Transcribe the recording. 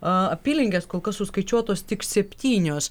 a apylinkės kol kas suskaičiuotos tik septynios